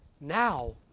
now